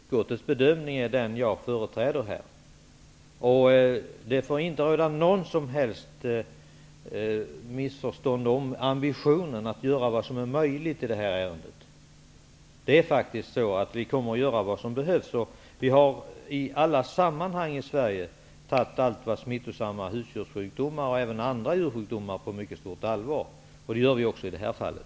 Herr talman! Utskottets bedömning är den jag företräder är. Det får inte råda något som helst missförstånd när det gäller ambitionen att göra vad som är möjligt i det här ärendet. Det är faktiskt så att vi kommer att göra vad som behövs. I alla sammanhang har vi tagit frågor om smittsamma husdjurssjukdomar och andra djursjukdomar på mycket stort allvar. Det gör vi också i det här fallet.